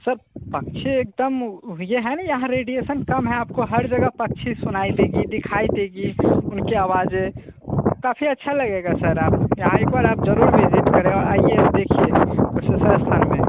sir पक्षी एक दम वो ये है ना यहाँ रेडिएसन कम है आप को हर जगह पक्षी सुनाई देंगे दिखाई देंगे उनकी आवाज़ें काफ़ी अच्छा लगेगा सर आप यहाँ एक बार ज़रूर विजिट करे और आइए और देखिए कुशेश्वर स्थान में